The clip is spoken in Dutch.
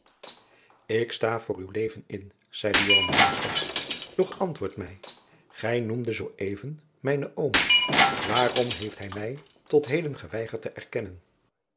ik sta voor uw leven in zeide joan haastig doch antwoord mij gij noemdet zoo even mijnen oom waarom heeft hij mij tot heden geweigerd te erkennen